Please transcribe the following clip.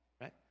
right